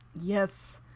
yes